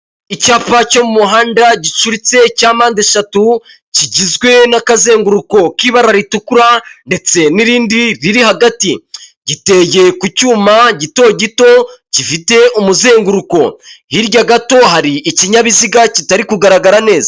Icyapa cyo mu muhanda gicuritse cya mpande eshatu, kigizwe n'akazenguruko k'ibara ritukura, ndetse n'irindi riri hagati, giye ku cyuma gito gito gifite umuzenguruko, hirya gato hari ikinyabiziga kitari kugaragara neza.